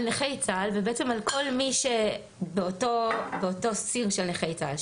על נכי צה"ל ועל כל מי שבאותו "סיר" של נכי צה"ל,